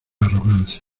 arrogancia